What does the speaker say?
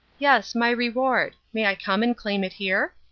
yes, my reward. may i come and claim it here?